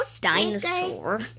Dinosaur